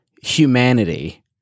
humanity